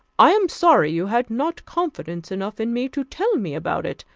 i am sorry you had not confidence enough in me to tell me about it,